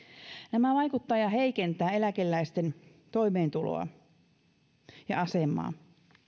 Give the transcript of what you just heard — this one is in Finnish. nämä päätökset vaikeuttavat ja heikentävät eläkeläisten toimeentuloa ja asemaa